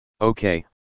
Okay